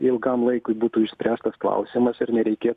ilgam laikui būtų išspręstas klausimas ir nereikia